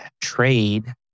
trade